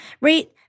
Right